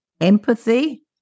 empathy